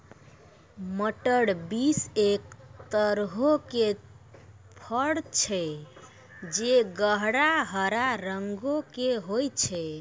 मटर बींस एक तरहो के फर छै जे गहरा हरा रंगो के होय छै